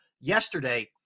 Yesterday